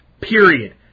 Period